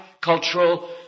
cultural